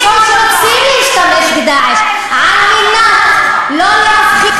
רוצים להשתמש ב"דאעש" על מנת לא להבחין